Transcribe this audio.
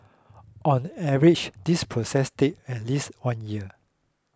on average this process take at least one year